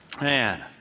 man